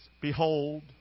Behold